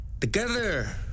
together